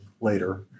later